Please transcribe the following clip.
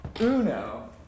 uno